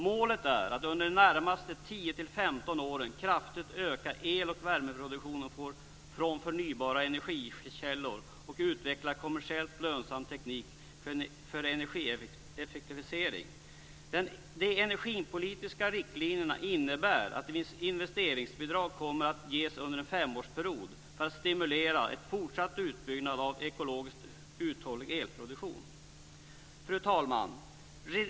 Målet är att under de närmaste 10-15 åren kraftigt öka el och värmeproduktionen från förnybara energikällor och utveckla kommersiellt lönsam teknik för energieffektivisering. De energipolitiska riktlinjerna innebär att ett visst investeringsbidrag kommer att ges under en femårsperiod för att stimulera en fortsatt utbyggnad av ekologiskt uthållig elproduktion. Fru talman!